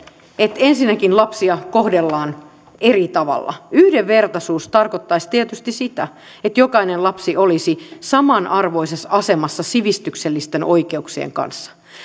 että ensinnäkin lapsia kohdellaan eri tavalla yhdenvertaisuus tarkoittaisi tietysti sitä että jokainen lapsi olisi samanarvoisessa asemassa sivistyksellisten oikeuksien